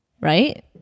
Right